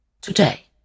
today